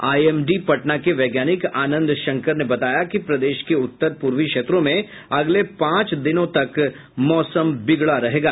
IMD Patna के वैज्ञानिक आनंद शंकर ने बताया कि प्रदेश के उत्तर पूर्वी क्षेत्रों में अगले पांच दिनों तक मौसम बिगड़ा रहेगा